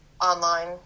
online